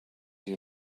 you